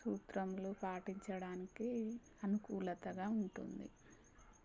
సూత్రములు పాటించడానికి అనుకూలతగా ఉంటుంది